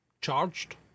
charged